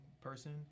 person